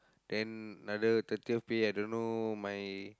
then another thirtieth pay I don't know my